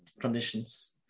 conditions